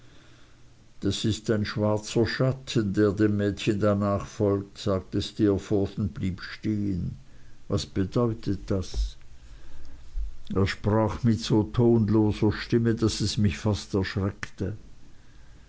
das ist ein schwarzer schatten der dem mädchen da nachfolgt sagte steerforth und blieb stehen was bedeutet das er sprach mit so tonloser stimme daß es mich fast erschreckte